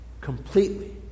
completely